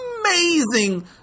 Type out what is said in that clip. amazing